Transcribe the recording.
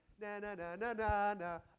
na-na-na-na-na-na